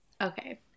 Okay